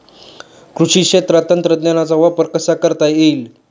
कृषी क्षेत्रात तंत्रज्ञानाचा वापर कसा करता येईल?